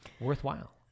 worthwhile